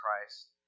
Christ